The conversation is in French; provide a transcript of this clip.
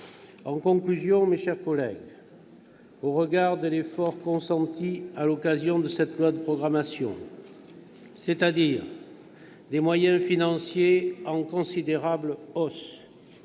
En conclusion, mes chers collègues, au regard de l'effort consenti à l'occasion de l'examen de ce projet de loi de programmation militaire, c'est-à-dire des moyens financiers en considérable hausse,